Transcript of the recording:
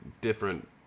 different